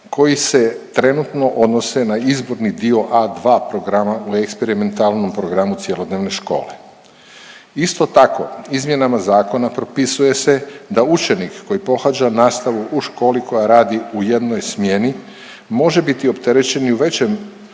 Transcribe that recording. koji se trenutno odnose na izborni dio A2 programa u eksperimentalnom programu cjelodnevne škole. Isto tako, izmjenama zakona propisuje se da učenik koji pohađa nastavu u školi koja radi u jednoj smjeni može biti opterećen i u većem